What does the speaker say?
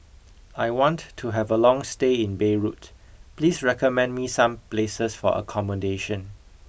I want to have a long stay in Beirut please recommend me some places for accommodation